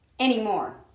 anymore